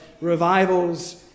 revivals